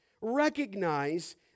Recognize